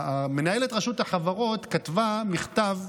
מנהלת רשות החברות כתבה מכתב,